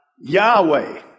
Yahweh